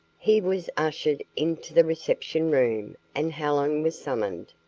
he was ushered into the reception room and helen was summoned.